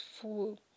full